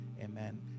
Amen